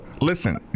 Listen